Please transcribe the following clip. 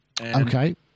Okay